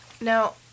Now